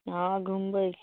हँ घुमबै की